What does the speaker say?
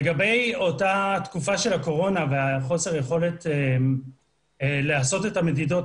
לגבי אותה תקופה של הקורונה וחוסר היכולת לעשות את המדידות.